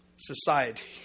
Society